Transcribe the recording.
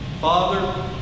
Father